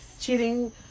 cheating